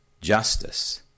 justice